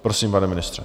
Prosím, pane ministře.